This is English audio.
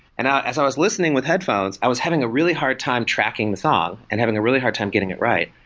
and as i was listening with headphones, i was having a really hard time tracking the song and having a really hard time getting it right.